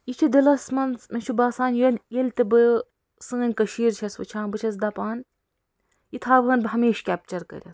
یہِ چھُ دِلَس منٛز مےٚ چھُ باسان ییٚلہِ ییٚلہِ تہِ بہٕ سٲنۍ کٔشیٖر چھَس وُچھان بہٕ چھَس دَپان یہِ تھاوٕہَن بہٕ ہمیشہ کپچَر کٔرِتھ